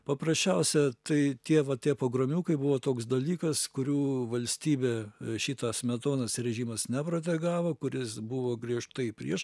paprasčiausia tai tie va tie pogromiukai buvo toks dalykas kurių valstybė šita smetonos režimas neprotegavo kuris buvo griežtai prieš